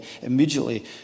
immediately